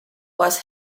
was